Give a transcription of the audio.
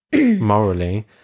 morally